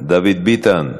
דוד ביטן,